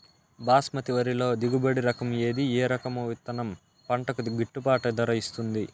బాస్మతి వరిలో దిగుబడి రకము ఏది ఏ రకము విత్తనం పంటకు గిట్టుబాటు ధర ఇస్తుంది